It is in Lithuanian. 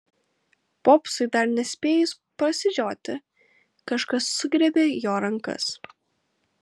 popsui dar nespėjus prasižioti kažkas sugriebė jo rankas